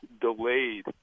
delayed